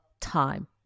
time